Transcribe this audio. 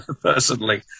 personally